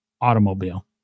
automobile